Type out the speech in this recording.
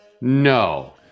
No